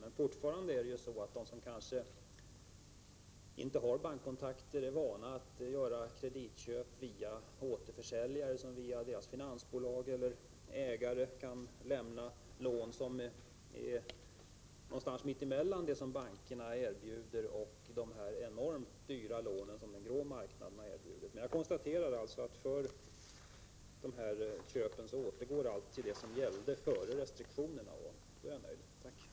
Men fortfarande är det problem för folk som inte har bankkontakter eller som inte är vana att göra kreditköp genom återförsäljare, som via sina finansbolag eller ägare kan erbjuda lånevillkor som ligger någonstans mitt emellan dem som bankerna erbjuder och dem som gäller för de enormt dyra lånen på den grå marknaden. När det gäller de kreditköp vi har diskuterat konstaterar jag emellertid att allt skall återgå till det som gällde före restriktionerna, och därmed är jag nöjd.